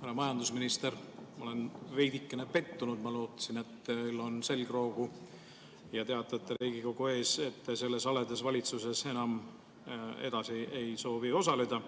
Härra majandusminister! Ma olen veidikene pettunud. Ma lootsin, et teil on selgroogu ja te teatate Riigikogu ees, et te selles haledas valitsuses enam edasi ei soovi osaleda.